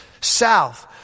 South